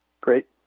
Great